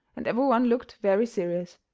and every one looked very serious.